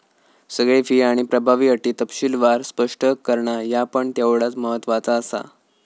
सगळे फी आणि प्रभावी अटी तपशीलवार स्पष्ट करणा ह्या पण तेवढाच महत्त्वाचा आसा